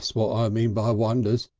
that's what i mean by wonders.